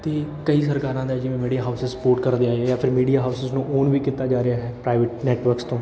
ਅਤੇ ਕਈ ਸਰਕਾਰਾਂ ਦਾ ਜਿਵੇਂ ਮੀਡੀਆ ਹਾਊਸਿਸ ਸਪੋਰਟ ਕਰਦੇ ਆ ਜਾਂ ਫਿਰ ਮੀਡੀਆ ਹਾਊਸਿਸ ਨੂੰ ਔਨ ਵੀ ਕੀਤਾ ਜਾ ਰਿਹਾ ਹੈ ਪ੍ਰਾਈਵੇਟ ਨੈਟਵਰਕਸ ਤੋਂ